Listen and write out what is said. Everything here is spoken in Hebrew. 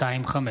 פ/3620/25: